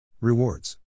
Rewards